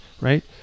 right